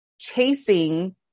chasing